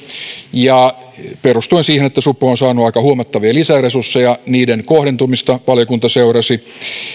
perustuen siihen että supo on saanut aika huomattavia lisäresursseja niiden kohdentumista valiokunta seurasi